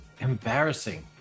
embarrassing